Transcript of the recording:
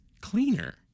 cleaner